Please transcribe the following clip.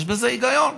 יש בזה היגיון.